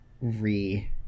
re